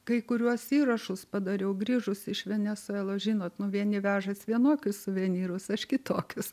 kai kuriuos įrašus padariau grįžus iš venesuelos žinot nu vieni vežas vienokius suvenyrus aš kitokius